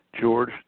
George